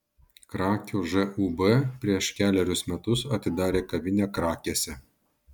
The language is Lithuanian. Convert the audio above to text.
krakių žūb prieš kelerius metus atidarė kavinę krakėse